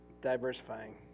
diversifying